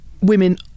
women